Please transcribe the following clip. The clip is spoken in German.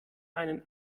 einen